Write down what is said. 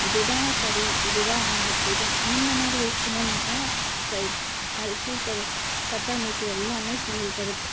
இது தான் சரி இது தான் நாங்கள் இப்படி தான் இந்த மாதிரி இருக்குணுன்னு தான் அரசியல் ச சட்ட அமைப்பு எல்லாமே செயல்படுது